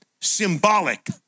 symbolic